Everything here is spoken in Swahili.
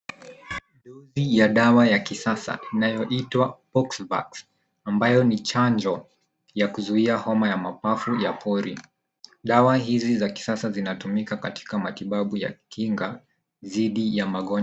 Dosi ya dawa ya kisasa inayoitwa POXVAX ambayo ni chanjo yakuzuia homa ya mapafu ya pori. Dawa hizi za kisasa zinatumika katika matibabu ya kinga dhidi ya magonjwa.